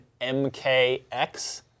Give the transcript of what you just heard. MKX